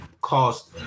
cost